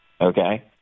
Okay